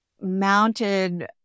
mounted